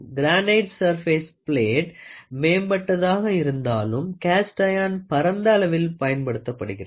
granite surface plate மேம்பட்டதாக இருந்தாலும் cast iron பரந்த அளவில் பயன்படுகிறது